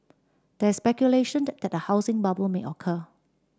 there is speculation that a housing bubble may occur